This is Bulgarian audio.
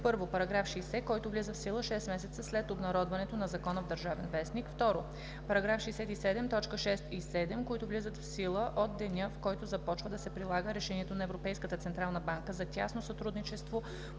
на: 1. параграф 60, който влиза в сила 6 месеца след обнародването на закона в „Държавен вестник“; 2. параграф 67, т. 6 и 7, които влизат в сила от деня, в който започва да се прилага решението на Европейската централна банка за тясно сътрудничество